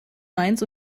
mainz